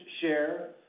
share